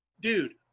dude